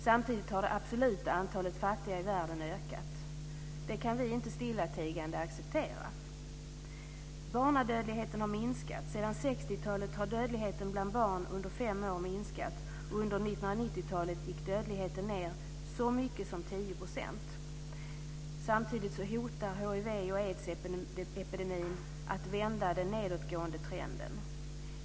Samtidigt har det absoluta antalet fattiga i världen ökat. Det kan vi inte stillatigande acceptera. Barnadödligheten har minskat. Sedan 60-talet har dödligheten bland barn under fem år minskat. Under 1990-talet gick dödligheten ned så mycket som 10 %. Samtidigt hotar hiv och aidsepidemin att vända den nedåtgående trenden.